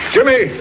Jimmy